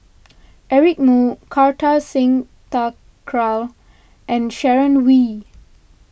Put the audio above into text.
Eric Moo Kartar Singh Thakral and Sharon Wee